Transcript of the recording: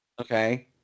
Okay